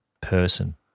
person